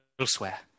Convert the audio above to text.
elsewhere